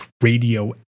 radio